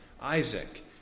Isaac